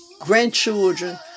grandchildren